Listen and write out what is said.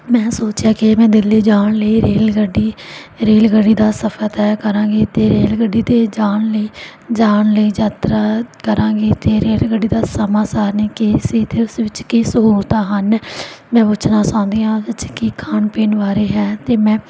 ਮੈਂ ਸੋਚਿਆ ਕਿ ਮੈਂ ਦਿੱਲੀ ਜਾਣ ਲਈ ਰੇਲਗੱਡੀ ਰੇਲਗੱਡੀ ਦਾ ਸਫ਼ਰ ਤੈਅ ਕਰਾਂਗੀ ਅਤੇ ਰੇਲਗੱਡੀ 'ਤੇ ਜਾਣ ਲਈ ਜਾਣ ਲਈ ਯਾਤਰਾ ਕਰਾਂਗੀ ਅਤੇ ਰੇਲਗੱਡੀ ਦਾ ਸਮਾਂ ਸਾਰਣੀ ਕੀ ਸੀ ਅਤੇ ਉਸ ਵਿੱਚ ਕੀ ਸਹੂਲਤਾਂ ਹਨ ਮੈਂ ਪੁੱਛਣਾ ਚਾਹੁੰਦੀ ਹਾਂ ਇਸ 'ਚ ਕੀ ਖਾਣ ਪੀਣ ਬਾਰੇ ਹੈ ਅਤੇ ਮੈਂ